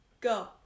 Go